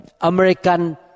American